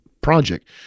project